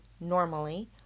normally